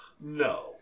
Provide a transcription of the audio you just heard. No